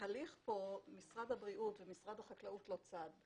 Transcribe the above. בהליך כאן משרד הבריאות ומשרד החקלאות לא צד.